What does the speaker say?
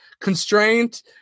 Constraint